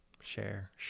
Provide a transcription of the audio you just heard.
Share